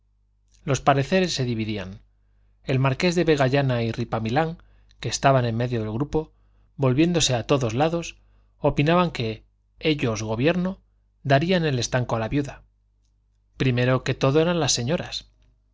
los pareceres se dividían el marqués de vegallana y ripamilán que estaban en medio del grupo volviéndose a todos lados opinaban que ellos gobierno darían el estanco a la viuda primero que todo eran las señoras